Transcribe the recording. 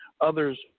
others